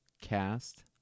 cast